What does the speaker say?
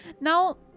Now